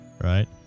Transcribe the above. Right